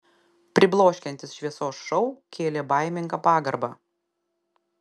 pribloškiantis šviesos šou kėlė baimingą pagarbą